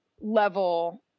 level